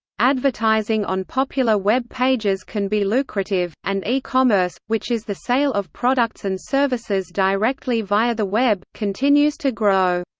advertising on popular web pages can be lucrative, and e-commerce, which is the sale of products and services directly via the web, continues to grow.